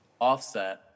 Offset